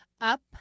up